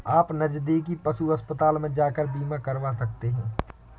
आप नज़दीकी पशु अस्पताल में जाकर बीमा करवा सकते है